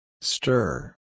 Stir